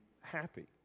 happy